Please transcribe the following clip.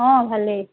অঁ ভালেই